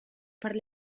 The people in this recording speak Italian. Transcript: per